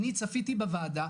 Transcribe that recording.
אני צפיתי בוועדה,